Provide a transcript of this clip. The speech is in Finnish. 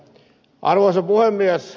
arvoisa puhemies